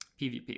PvP